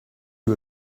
you